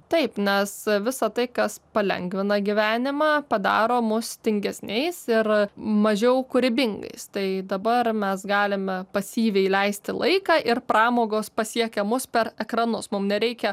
taip nes visa tai kas palengvina gyvenimą padaro mus tingesniais ir mažiau kūrybingais tai dabar mes galime pasyviai leisti laiką ir pramogos pasiekia mus per ekranus mum nereikia